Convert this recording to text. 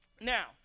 Now